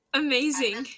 amazing